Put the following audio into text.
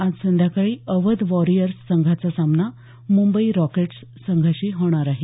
आज संध्याकाळी अवध वॉरियर्स संघाचा सामना मुंबई रॉकेट्स संघाशी होणार आहे